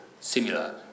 similar